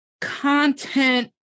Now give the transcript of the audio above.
content